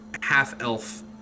half-elf